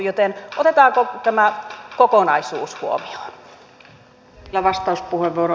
joten otetaanko tämä kokonaisuus huomioon